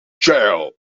jail